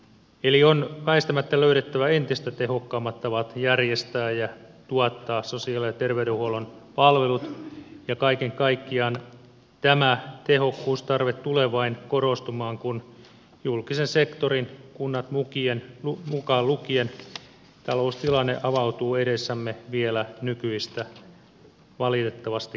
eli on väistämättä löydettävä entistä tehokkaammat tavat järjestää ja tuottaa sosiaali ja terveydenhuollon palvelut ja kaiken kaikkiaan tämä tehokkuustarve tulee vain korostumaan kun julkisen sektorin kunnat mukaan lukien taloustilanne avautuu edessämme vielä nykyistä valitettavasti kirkkaammin